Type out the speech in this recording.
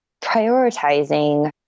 prioritizing